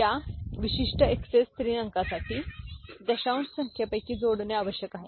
या विशिष्ट एक्सएस 3 अंकांसाठी दशांश संख्येपैकी जोडणे आवश्यक आहे